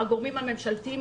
הגורמים הממשלתיים,